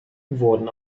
wurden